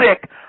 sick